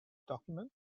document